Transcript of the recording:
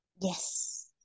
Yes